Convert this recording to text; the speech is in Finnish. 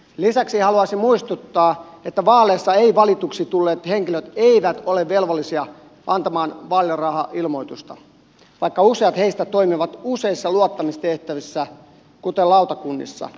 lisäksi haluaisin muistuttaa että vaaleissa valituiksi tulleet henkilöt eivät ole velvollisia antamaan vaalirahailmoitusta vaikka useat heistä toimivat useissa luottamustehtävissä kuten lautakunnissa